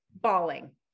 bawling